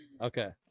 Okay